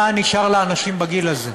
מה נשאר לאנשים בגיל הזה?